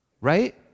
Right